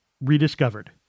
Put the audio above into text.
rediscovered